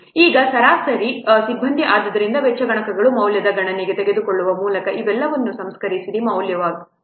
ಈಗ ಸರಾಸರಿ ಸಿಬ್ಬಂದಿ ಆದ್ದರಿಂದ ವೆಚ್ಚ ಗುಣಕಗಳ ಮೌಲ್ಯಗಳನ್ನು ಗಣನೆಗೆ ತೆಗೆದುಕೊಳ್ಳುವ ಮೂಲಕ ಇವೆಲ್ಲವೂ ಸಂಸ್ಕರಿಸಿದ ಮೌಲ್ಯಗಳಾಗಿವೆ